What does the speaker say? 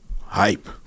Hype